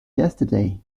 yesterday